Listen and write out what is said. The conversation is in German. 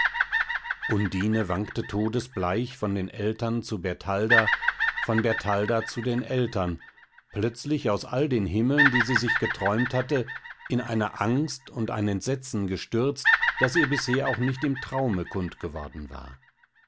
undine wankte todesbleich von den eltern zu bertalda von bertalda zu den eltern plötzlich aus all den himmeln die sie sich geträumt hatte in eine angst und ein entsetzen gestürzt das ihr bisher auch nicht im traume kundgeworden war